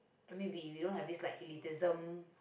I mean we we don't have like this elitism